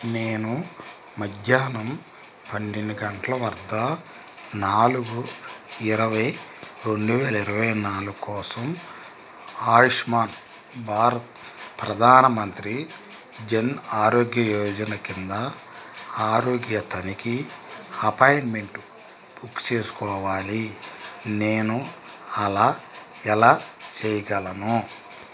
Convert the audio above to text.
నేను మధ్యాహ్నం పన్నెండు గంటల వద్ద నాలుగు ఇరవై రెండు వేల ఇరవై నాలుగు కోసం ఆయుష్మాన్ భారత్ ప్రధాన మంత్రి జన్ ఆరోగ్య యోజన కింద ఆరోగ్య తనిఖీ అపాయింట్మెంటు బుక్ చేసుకోవాలి నేను అలా ఎలా చేయగలను